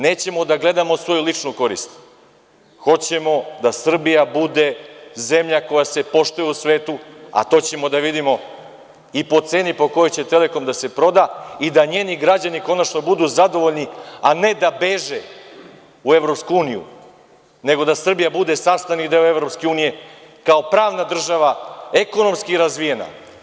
Nećemo da gledamo svoju ličnu korist, hoćemo da Srbija bude zemlja koja se poštuje u svetu, a to ćemo da vidimo i po ceni po kojoj će „Telekom“ da se proda i da njeni građani konačno budu zadovoljni, a ne da beže u EU nego da Srbija bude sastavni deo EU kao pravna država, ekonomski razvijena.